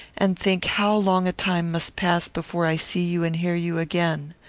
and think how long a time must pass before i see you and hear you again.